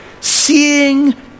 seeing